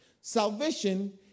Salvation